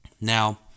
Now